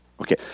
Okay